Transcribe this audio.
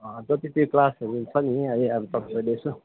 जति त्यो क्लासहरू छ नि अनि अब तपाईँहरूले यसो